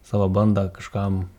savo bandą kažkam